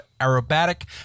aerobatic